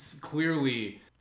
clearly